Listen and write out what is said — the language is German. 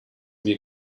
wir